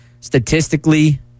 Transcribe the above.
statistically